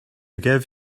give